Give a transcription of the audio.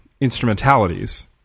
instrumentalities